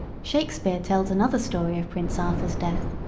shakespeare tells another story of prince arthur's death,